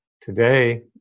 today